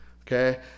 okay